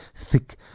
thick